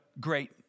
great